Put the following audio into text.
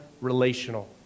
relational